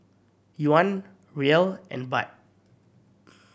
Yuan Riel and Baht